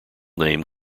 name